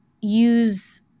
use